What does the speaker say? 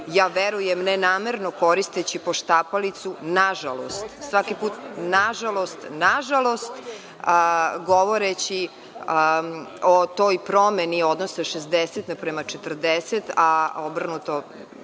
ja verujem, nenamerno koristeći poštapalicu, nažalost, svaki put, nažalost, govoreći o toj promeni odnosa 60:40, a obrnuto